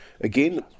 again